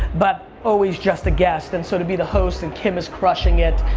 but always just guest, and so to be the host, and kim is crushing it,